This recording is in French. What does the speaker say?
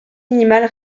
minimale